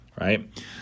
Right